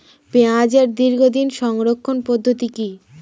পেঁয়াজের দীর্ঘদিন সংরক্ষণ পদ্ধতি কি?